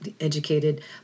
educated